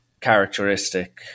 characteristic